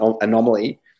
anomaly